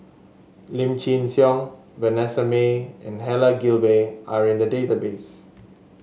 Lim Chin Siong Vanessa Mae and Helen Gilbey are in the database